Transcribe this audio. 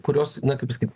kurios na kaip pasakyt